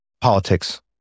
politics